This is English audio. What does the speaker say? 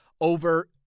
over